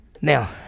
now